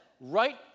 right